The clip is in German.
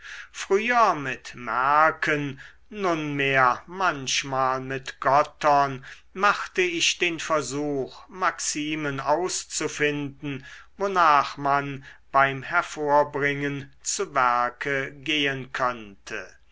früher mit mercken nunmehr manchmal mit gottern machte ich den versuch maximen auszufinden wonach man beim hervorbringen zu werke gehn könnte